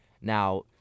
now